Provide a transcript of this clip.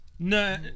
No